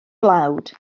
blawd